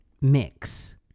mix